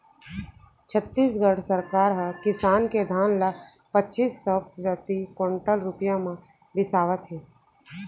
छत्तीसगढ़ सरकार ह किसान के धान ल पचीस सव प्रति कोंटल रूपिया म बिसावत हे